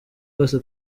rwose